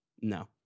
no